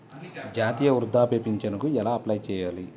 జాతీయ వృద్ధాప్య పింఛనుకి ఎలా అప్లై చేయాలి?